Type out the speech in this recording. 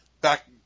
back